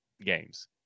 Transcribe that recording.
games